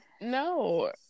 no